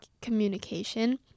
communication